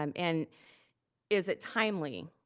um and is it timely?